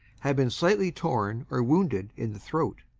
have been slightly torn or wounded in the throat.